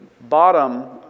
bottom